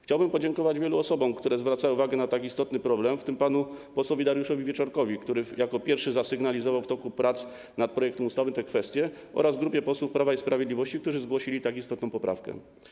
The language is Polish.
Chciałbym podziękować wielu osobom, które zwracały uwagę na tak istotny problem, w tym panu posłowi Dariuszowi Wieczorkowi, który jako pierwszy zasygnalizował w toku prac nad projektem ustawy tę kwestię, oraz grupie posłów Prawa i Sprawiedliwości, którzy zgłosili tak istotną poprawkę.